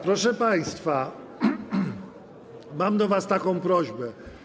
Proszę państwa, mam do was taką prośbę.